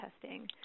testing